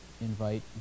invite